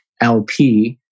LP